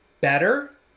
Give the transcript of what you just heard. better